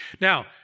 Now